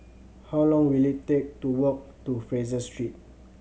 how long will it take to walk to Fraser Street